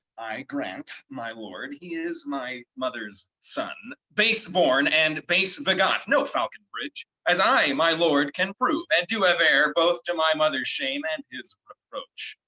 i grant, my lord, he is my mother's son, base born, and base begot, no falconbridge. as i, my lord, can prove, and do aver both to my mother's shame and his reproach,